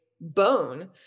bone